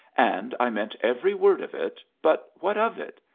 and i meant every word of it, but what of it?